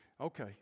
Okay